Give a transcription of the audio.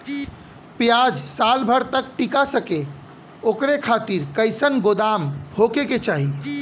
प्याज साल भर तक टीका सके ओकरे खातीर कइसन गोदाम होके के चाही?